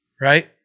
right